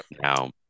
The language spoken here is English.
Now